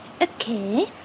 Okay